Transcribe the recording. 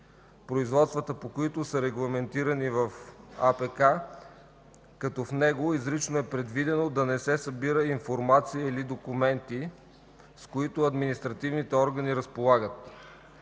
производствата по които са регламентирани в АПК, като в него изрично е предвидено, да не се събира информация или документи, с които административните органи разполагат.